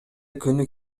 күнү